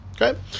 Okay